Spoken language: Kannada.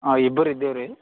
ಹಾಂ ಇಬ್ರು ಇದ್ದೀವಿ ರೀ